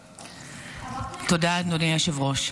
תודה, אדוני היושב-ראש.